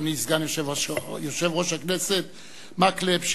אדוני סגן יושב-ראש הכנסת מקלב,